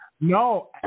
No